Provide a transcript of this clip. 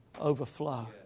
overflow